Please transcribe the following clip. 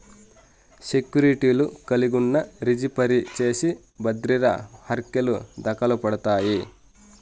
సెక్యూర్టీలు కలిగున్నా, రిజీ ఫరీ చేసి బద్రిర హర్కెలు దకలుపడతాయి